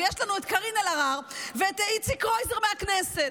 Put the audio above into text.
ויש לנו קארין אלהרר ואיציק קרויזר מהכנסת,